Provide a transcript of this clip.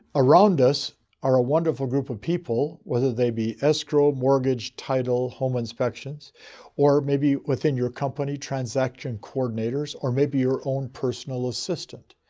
around us are a wonderful group of people, whether they be escrow. mortgage. title. home inspections or maybe within your company transaction coordinator's or maybe your own personal assistant.